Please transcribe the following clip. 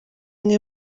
mwe